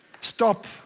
stop